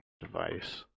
device